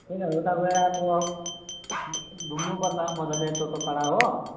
ए उता गएर अब घुम्नुपर्छ मजाले टोटोपाडा हो